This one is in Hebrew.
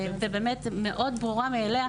ומאוד ברורה מאליה,